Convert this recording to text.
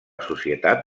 societat